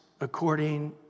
according